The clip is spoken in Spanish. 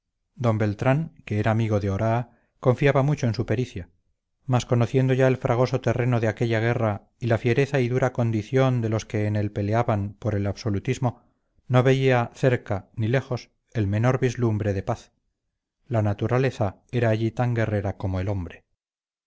d beltrán que era amigo de oraa confiaba mucho en su pericia mas conociendo ya el fragoso terreno de aquella guerra y la fiereza y dura condición de los que en él peleaban por el absolutismo no veía cerca ni lejos el menor vislumbre de paz la naturaleza era allí tan guerrera como el hombre